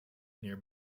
near